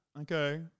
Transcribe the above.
Okay